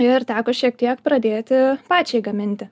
ir teko šiek tiek pradėti pačiai gaminti